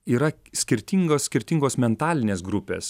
yra skirtingos skirtingos mentalinės grupės